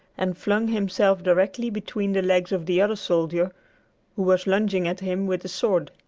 and flung himself directly between the legs of the other soldier who was lunging at him with the sword.